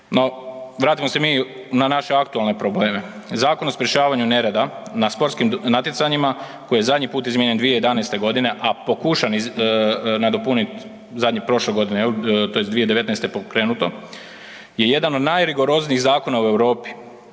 vratimo se mi na naše aktualne probleme. Zakon o sprječavanju nereda na sportskim natjecanjima koji je zadnji put izmijenjen 2011. godine, a pokušan nadopunit prošle godine jel, tj. 2019. je pokrenuto je jedan od najrigoroznijih zakona u Europi,